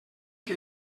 que